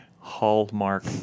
Hallmark